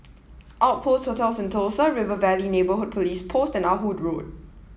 Outpost Hotel Sentosa River Valley Neighborhood Police Post and Ah Hood Road